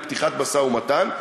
לפתיחת משא-ומתן,